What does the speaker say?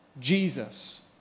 Jesus